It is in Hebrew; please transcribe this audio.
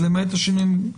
למעט השינויים.